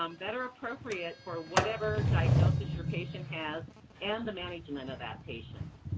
um that are appropriate for whatever diagnosis your patient has, and the management of that patient.